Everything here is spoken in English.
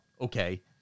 Okay